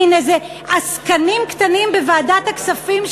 מין עסקנים קטנים בוועדת הכספים,